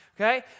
okay